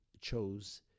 chose